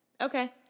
Okay